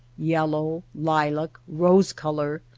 yellow, lilac, rose-color,